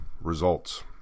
results